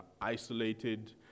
isolated